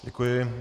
Děkuji.